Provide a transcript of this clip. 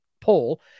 poll